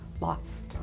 Lost